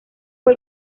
fue